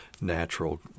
natural